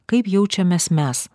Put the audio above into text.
kaip jaučiamės mes